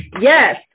Yes